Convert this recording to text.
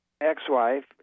Ex-wife